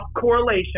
correlation